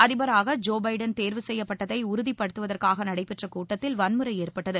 அதிபராக Joe Biden தேர்வு செய்யப்பட்டதை உறுதிப்படுத்துவதற்காக நடைபெற்ற கூட்டத்தில் வன்முறை ஏற்பட்டது